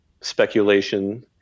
speculation